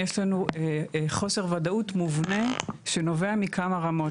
יש לנו חוסר וודאות מובנה שנובע מכמה רמות.